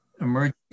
emerging